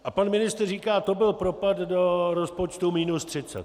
A pan ministr říká: to byl propad do rozpočtu minus 30.